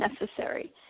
necessary